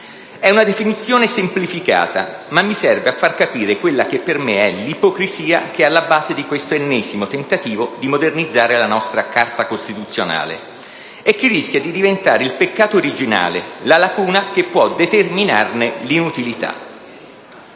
È una definizione semplificata, ma mi serve a far capire quella che per me è l'ipocrisia che sta alla base di questo ennesimo tentativo di modernizzare la nostra Carta costituzionale e che rischia di diventare il peccato originale, la lacuna che può determinarne l'inutilità.